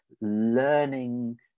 learning